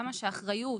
למה שהאחריות